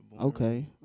Okay